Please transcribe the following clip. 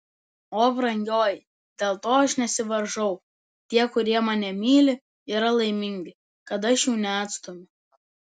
o brangioji dėl to aš nesivaržau tie kurie mane myli yra laimingi kad aš jų neatstumiu